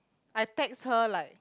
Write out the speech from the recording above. I text her like